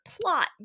plot